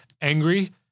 angry